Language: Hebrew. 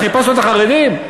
חיפשנו את החרדים?